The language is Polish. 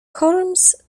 holmes